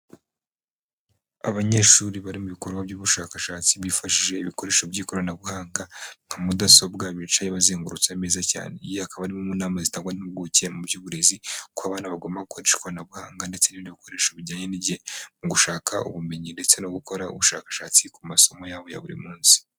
Abanyeshuri bari mu bikorwa by'ubushakashatsi bifashishije ibikoresho by'ikoranabuhanga nka mudasobwa, bicaye bazengurutse ameza cyane iyi akaba ari imwe mu nama zitangwa n'impuguke mu by'uburezi, ko abana bagomba gukoresha ikoranabuhanga ndetse n'ibi bikoresho bijyanye n'igihe mu gushaka ubumenyi ndetse no gukora ubushakashatsi ku masomo yabo ya buri munsi.